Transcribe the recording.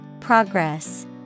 Progress